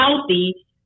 healthy